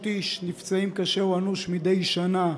כ-500 איש נפצעים קשה או אנוש מדי שנה,